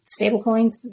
stablecoins